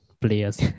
players